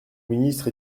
ministre